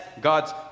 God's